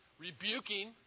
rebuking